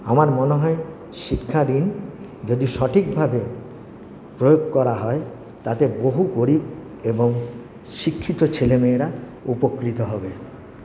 আমার মনে হয় শিক্ষা ঋণ যদি সঠিকভাবে প্রয়োগ করা হয় তাতে বহু গরিব এবং শিক্ষিত ছেলেমেয়েরা উপকৃত হবে